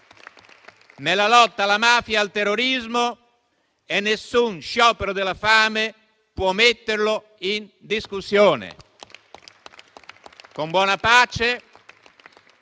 nella lotta alla mafia e al terrorismo e nessun sciopero della fame può metterlo in discussione, con buona pace,